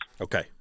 Okay